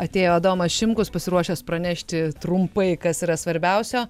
atėjo adomas šimkus pasiruošęs pranešti trumpai kas yra svarbiausio